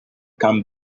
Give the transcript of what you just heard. can